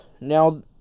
Now